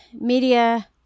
media